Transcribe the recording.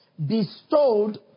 Bestowed